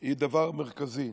הא דבר מרכזי.